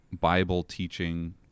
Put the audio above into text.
Bible-teaching